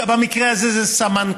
סמנכ"ל לפיקוח, במקרה הזה זו סמנכ"לית,